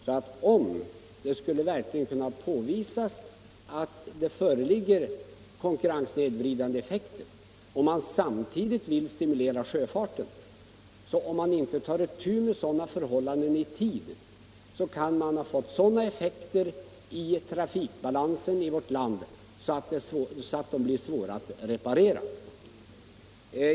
Om man vill stimulera sjöfarten men inte tar itu med konkurrenssnedvridande effekter i tid — om det verkligen kan påvisas att sådana föreligger — kan följderna för trafikbalansen i vårt land snabbt bli sådana att de är svåra att reparera.